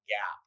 gap